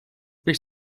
beş